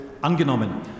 angenommen